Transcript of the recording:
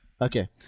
Okay